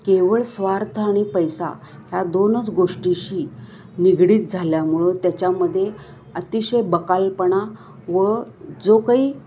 केवळ स्वार्थ आणि पैसा ह्या दोनच गोष्टीशी निगडीत झाल्यामुळं त्याच्यामध्ये अतिशय बकालपणा व जो काही